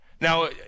Now